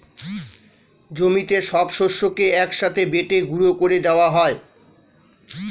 জমিতে সব শস্যকে এক সাথে বেটে গুঁড়ো করে দেওয়া হয়